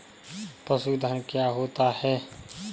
पशुधन क्या होता है?